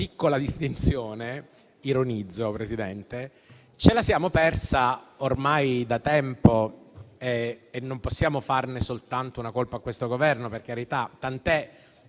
piccola distinzione - ironizzo, signora Presidente - ce la siamo persa ormai da tempo e non possiamo farne soltanto una colpa a questo Governo, per carità, tant'è